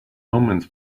omens